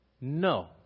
No